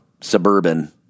suburban